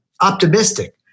optimistic